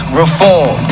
reform